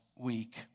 week